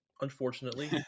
unfortunately